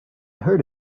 heard